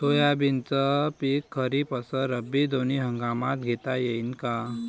सोयाबीनचं पिक खरीप अस रब्बी दोनी हंगामात घेता येईन का?